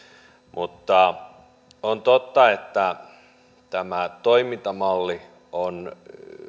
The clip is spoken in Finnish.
mutta on totta että tämä toimintamalli on